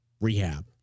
rehab